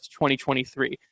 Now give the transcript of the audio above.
2023